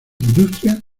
industria